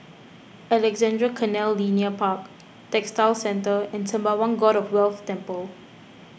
Alexandra Canal Linear Park Textile Centre and Sembawang God of Wealth Temple